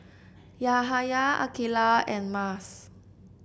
Yahaya Aqilah and Mas